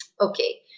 Okay